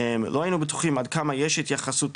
לא היינו בטוחים עד כמה יש התייחסות,